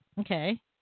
Okay